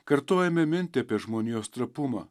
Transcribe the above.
kartojame mintį apie žmonijos trapumą